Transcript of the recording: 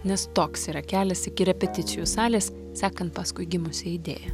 nes toks yra kelias iki repeticijų salės sekant paskui gimusią idėją